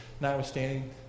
Notwithstanding